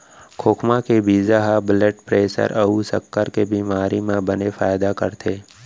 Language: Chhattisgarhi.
खोखमा के बीजा ह ब्लड प्रेसर अउ सक्कर के बेमारी म बने फायदा करथे